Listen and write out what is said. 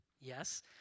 yes